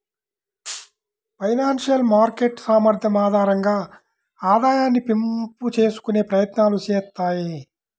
financial market సామర్థ్యం ఆధారంగా ఆదాయాన్ని పెంపు చేసుకునే ప్రయత్నాలు చేత్తాయి